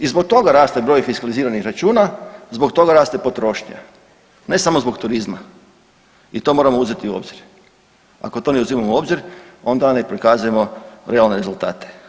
I zbog toga raste broj fiskaliziranih računa, zbog toga raste potrošnja, ne samo zbog turizma i to moramo uzeti u obzir, ako to ne uzimamo u obzir onda ne prikazujemo realne rezultate.